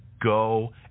Go